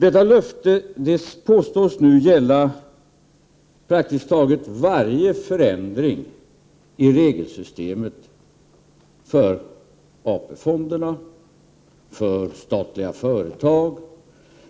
Detta löfte påstås nu gälla praktiskt taget varje förändring i regelsystemet för AP-fonderna och statliga företag